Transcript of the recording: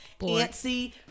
antsy